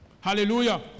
hallelujah